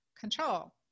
control